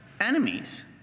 enemies